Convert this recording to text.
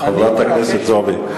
אני מתעקש להיות דרוזי.